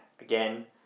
again